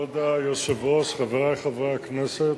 כבוד היושב-ראש, חברי חברי הכנסת,